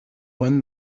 when